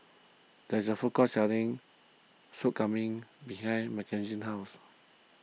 there's a food court selling Sop Kambing behind Makenzie's house